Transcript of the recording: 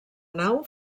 nau